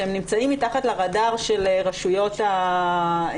הם נמצאים מתחת לרדאר של רשויות המס,